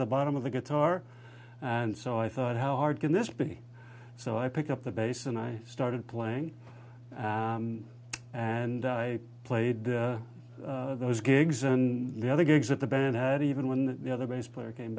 the bottom of the guitar and so i thought how hard can this be so i pick up the bass and i started playing and i played those gigs and the other gigs at the band had even when the other bass player came